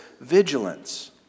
vigilance